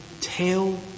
tell